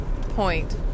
point